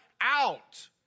Out